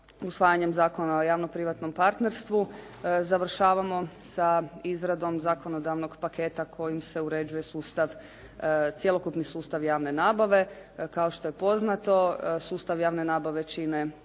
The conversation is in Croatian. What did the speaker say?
usvajanjem Zakona o javno-privatnom partnerstvu završavamo sa izradom zakonodavnog paketa kojim se uređuje sustav, cjelokupni sustav javne nabave. Kao što je poznato sustav javne nabave čine: